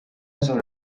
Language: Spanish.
sobre